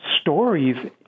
stories